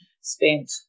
spent